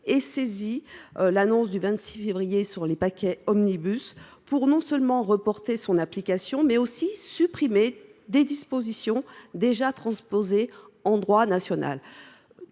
ait saisi l’annonce du 26 février sur le paquet omnibus pour non seulement reporter son application, mais aussi supprimer des dispositions déjà transposées en droit national.